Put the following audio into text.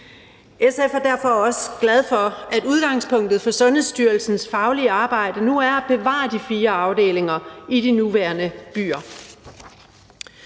SF er derfor også glad for, at udgangspunktet for Sundhedsstyrelsens faglige arbejde nu er at bevare de fire afdelinger i de nuværende byer.